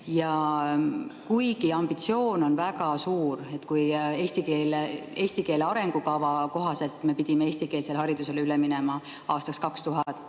Ambitsioon on väga suur: eesti keele arengukava kohaselt me pidime eestikeelsele haridusele üle minema aastaks 2035,